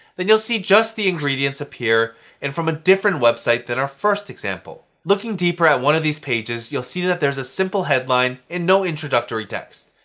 then you'll see just the ingredients appear and from a different website than our first example. looking deeper at one of these pages, you'll see that there's a simple headline and no introductory text.